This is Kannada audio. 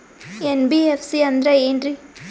ಎನ್.ಬಿ.ಎಫ್.ಸಿ ಅಂದ್ರ ಏನ್ರೀ?